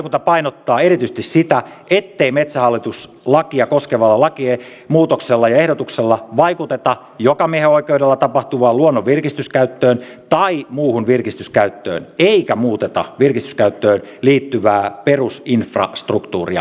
valiokunta painottaa erityisesti sitä ettei metsähallitus lakia koskevalla lakimuutoksella ja ehdotuksella vaikuteta jokamiehenoikeudella tapahtuvaan luonnon virkistyskäyttöön tai muuhun virkistyskäyttöön eikä muuteta virkistyskäyttöön liittyvää perusinfrastruktuuria maksulliseksi